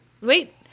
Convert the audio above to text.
Wait